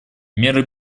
меры